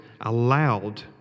allowed